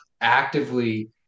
actively